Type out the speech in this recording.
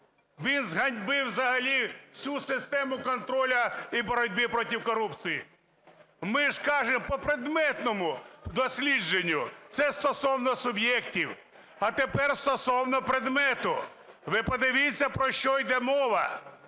він зганьбив взагалі всю систему контролю і боротьби проти корупції. Ми ж кажемо по предметному дослідженню. Це стосовно суб'єктів. А тепер стосовно предмета. Ви подивіться про що йде мова,